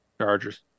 Chargers